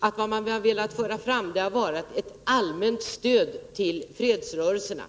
har velat föra fram förslag om har varit ett allmänt stöd till fredsrörelserna.